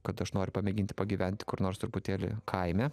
kad aš noriu pamėginti pagyventi kur nors truputėlį kaime